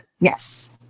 yes